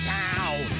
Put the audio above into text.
town